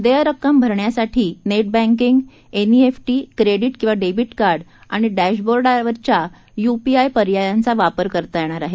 देय रक्कम भरण्यासाठी ने िबँकींग एनईएफ ि क्रेडि किंवा डेवि कार्ड आणि डॅशबोर्डवरच्या युपीआय पर्यायाचा वापर करता येणार आहे